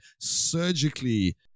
surgically